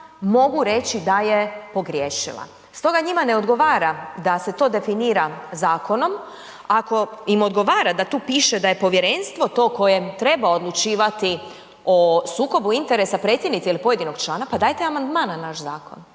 mogu reći da je pogriješila. Stoga njima ne odgovara da se to definira zakonom. Ako im odgovara da tu piše da je povjerenstvo to koje treba odlučivati o sukobu interesa predsjednice ili pojedinog člana pa dajte amandman na naš zakon,